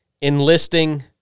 enlisting